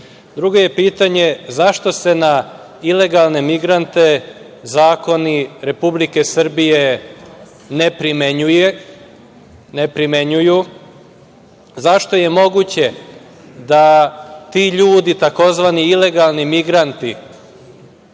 je pitanje – zašto se na ilegalne migrante zakoni Republike Srbije ne primenjuju? Zašto je moguće da ti ljudi tzv. ilegalni migranti